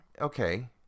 okay